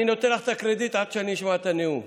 אני נותן לך את הקרדיט עד שאני אשמע את הנאום.